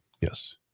Yes